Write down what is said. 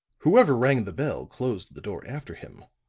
whoever rang the bell closed the door after him.